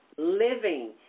living